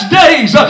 days